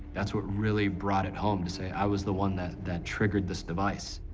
that's what really brought it home, to say i was the one that, that triggered this device.